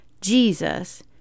Jesus